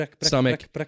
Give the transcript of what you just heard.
stomach